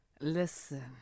Listen